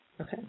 Okay